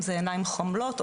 אם זה עיניים חומלות,